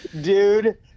Dude